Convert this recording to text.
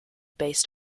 based